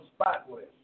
spotless